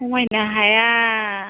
खमायनो हाया